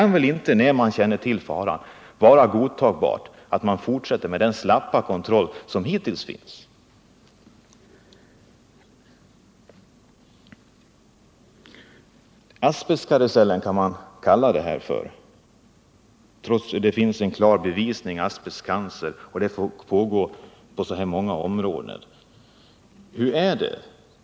När man nu känner till faran är det väl inte godtagbart att man fortsätter med den slappa kontroll som hittills funnits? Asbestkarusellen kan man kalla det här för. Trots att det finns klara bevis för sambandet mellan asbest och cancer får man använda asbest på så här många områden.